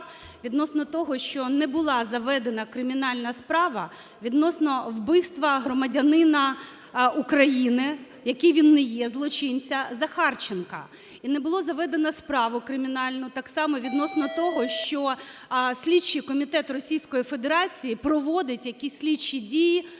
відносно того, що не була заведена кримінальна справа відносно вбивства громадянина України, який він не є, злочинця Захарченка. І не було заведено справу кримінальну так само відносно того, що слідчий комітет Російської Федерації проводить якісь слідчі дії